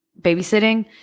babysitting